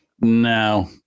No